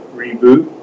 reboot